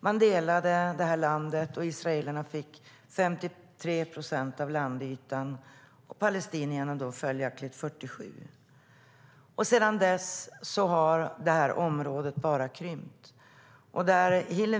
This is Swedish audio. När landet delades fick israelerna 53 procent av landytan och palestinierna följaktligen 47 procent. Sedan dess har deras område bara krympt.